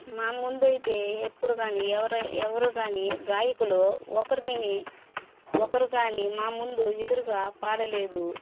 మా ముందు అయితే ఎప్పుడు కానీ ఎవరు ఎవరు కానీ గాయకులు ఒకరిని ఒకరు కానీ మా ముందు ఎదురుగా పాడలేదు